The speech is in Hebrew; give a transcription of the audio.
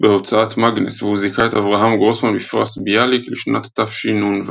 בהוצאת מאגנס והוא זיכה את אברהם גרוסמן בפרס ביאליק לשנת תשנ"ו.